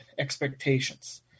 expectations